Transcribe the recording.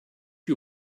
you